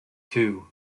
two